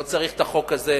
לא צריך את החוק הזה,